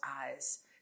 eyes